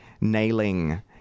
nailing